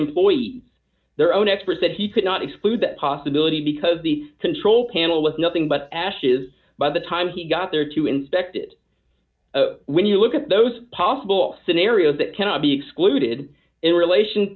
employee their own expert said he could not exclude that possibility because the control panel was nothing but ashes by the time he got there to inspect it when you look at those possible scenarios that cannot be excluded in relation